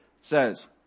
says